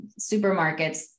supermarkets